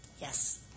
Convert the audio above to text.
Yes